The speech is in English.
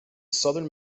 southern